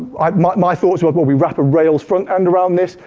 um my thoughts were well, we wrap a rails front end around this,